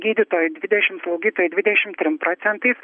gydytojų dvidešim slaugytojų dvidešim trim procentais